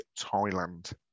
Thailand